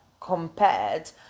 compared